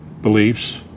beliefs